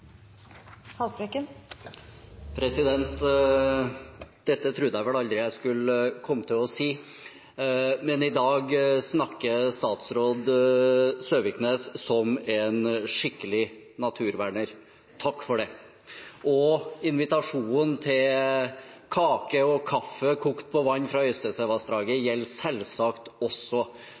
Haltbrekken når vi måtte være i mål. Det blir replikkordskifte. Dette trodde jeg aldri jeg skulle komme til å si, men i dag snakker statsråd Søviknes som en skikkelig naturverner. Takk for det! Invitasjonen til kake og kaffe, kokt på vann fra Øystesevassdraget, gjelder selvsagt også